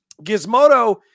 Gizmodo